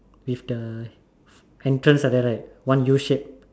with the entrance like that right one U shape